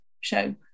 show